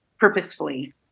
purposefully